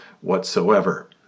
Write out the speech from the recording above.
whatsoever